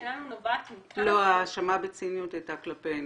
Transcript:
לא, ההאשמה בציניות הייתה כלפינו.